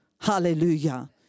Hallelujah